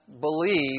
believe